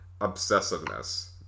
obsessiveness